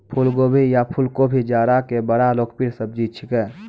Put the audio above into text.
फुलगोभी या फुलकोबी जाड़ा के बड़ा लोकप्रिय सब्जी छेकै